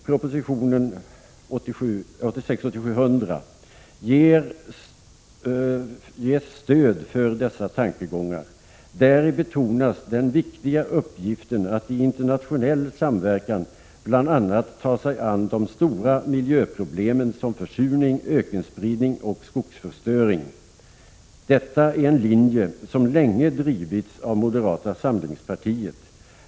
Proposition 1986/87:100, bil. 5, ger stöd för dessa tankegångar. Däri betonas den viktiga uppgiften att i internationell samverkan bl.a. ta sig an de stora miljöproblemen som försurning, ökenspridning och skogsförstöring. Detta är en linje som länge drivits £v moderata samlingspartiet.